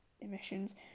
emissions